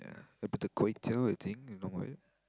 a bit of kway-teow I think normal